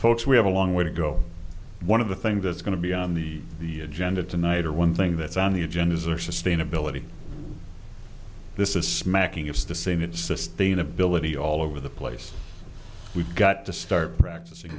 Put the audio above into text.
folks we have a long way to go one of the things that's going to be on the the agenda tonight or one thing that's on the agenda is or sustainability this is smacking it's the same sustainability all over the place we've got to start practicing